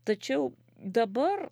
tačiau dabar